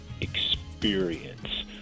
experience